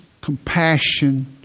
compassion